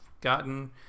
gotten